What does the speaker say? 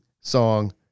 song